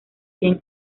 bien